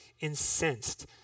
incensed